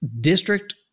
district